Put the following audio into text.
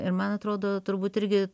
ir man atrodo turbūt irgi